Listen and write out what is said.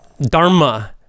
dharma